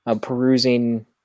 perusing